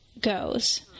goes